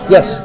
Yes